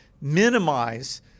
minimize